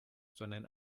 sondern